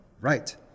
Right